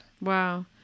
Wow